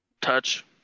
Touch